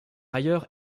ailleurs